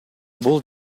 бул